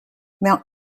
mount